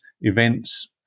events